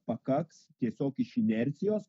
pakaks tiesiog iš inercijos